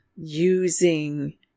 using